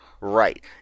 Right